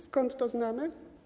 Skąd to znamy?